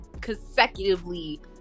consecutively